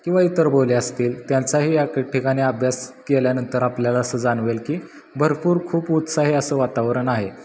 किंवा इतर बोली असतील त्यांचाही या ठिकाणी अभ्यास केल्यानंतर आपल्याला असं जाणवेल की भरपूर खूप उत्साही असं वातावरण आहे